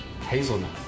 hazelnut